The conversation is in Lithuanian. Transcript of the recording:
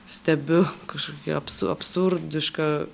stebiu kažkokį absu absurdišką